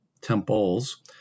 temples